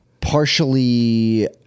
partially